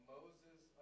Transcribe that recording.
Moses